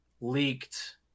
leaked